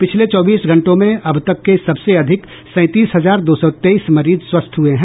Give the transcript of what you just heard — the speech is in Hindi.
पिछले चौबीस घंटों में अब तक के सबसे अधिक सैंतीस हजार दो सौ तेईस मरीज स्वस्थ हुए हैं